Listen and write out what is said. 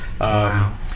Wow